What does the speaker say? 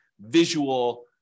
visual